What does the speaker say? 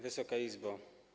Wysoka Izbo!